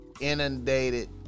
inundated